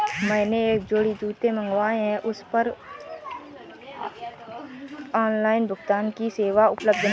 मैंने एक जोड़ी जूते मँगवाये हैं पर उस पर ऑनलाइन भुगतान की सेवा उपलब्ध नहीं है